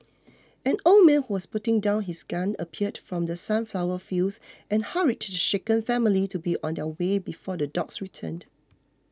an old man who was putting down his gun appeared from the sunflower fields and hurried the shaken family to be on their way before the dogs return